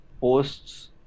posts